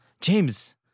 James